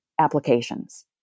applications